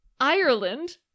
Ireland